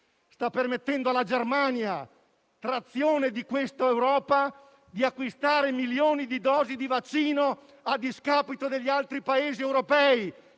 sta permettendo alla Germania, che ne è il traino, di acquistare milioni di dosi di vaccino a discapito degli altri Paesi europei.